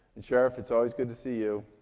and sheriff, it's always good to see you.